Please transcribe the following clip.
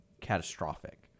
catastrophic